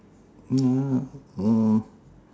no oh